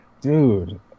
Dude